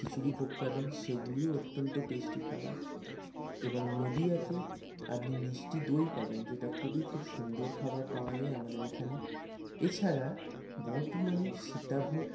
খিচুড়ি ভোগ পাবেন সেগুলিও অত্যন্ত টেস্টি খাবার এবং নদীয়াতে আপনি মিষ্টি দই পাবেন যেটা খুবই খুব সুন্দর খাবার পাওয়া যায় আমাদের এখানে এছাড়া বর্ধমানের সীতাভোগ